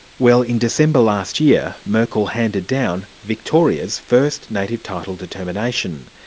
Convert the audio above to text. well in december last year, merkel handed down victoria's first native title determination.